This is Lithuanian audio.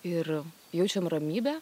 ir jaučiam ramybę